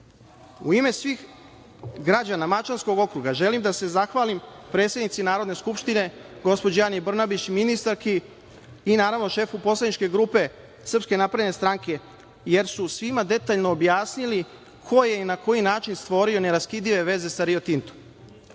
ime svih građana Mačvanskog okruga, želim da se zahvalim predsednici Narodne skupštine, gospođi Ani Brnabić, ministarki i naravno šefu poslaničke grupe SNS jer su svima detaljno objasnili ko je i na koji način stvorio neraskidive veze sa Rio